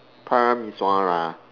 Parameswara